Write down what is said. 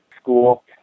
school